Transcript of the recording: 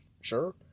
Sure